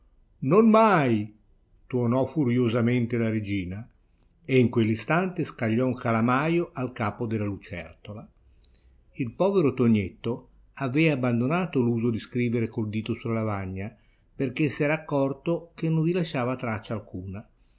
non mai tuonò furiosamente la regina e in quell'istante scagliò un calamajo al capo della lucertola il povero tonietto avea abbandonato l'uso di scrivere col dito sulla lavagna perchè s'era accorto che non vi lasciava traccia alcuna